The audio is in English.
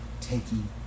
taking